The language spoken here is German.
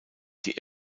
die